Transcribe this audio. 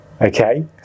okay